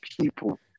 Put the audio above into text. people